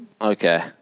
Okay